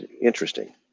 interesting